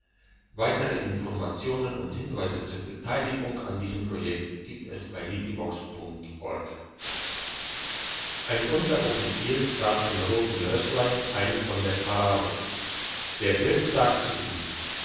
branntweingläslein ein unteroffizier trat im roten rösslein ein von der parade der wirt sagt zu ihm